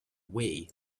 wii